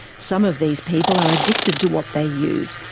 some of these people are addicted to what they use,